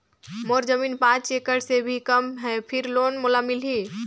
मोर जमीन पांच एकड़ से भी कम है फिर लोन मोला मिलही?